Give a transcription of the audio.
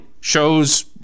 Shows